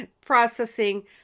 processing